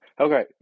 okay